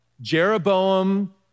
Jeroboam